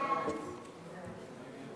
בעד,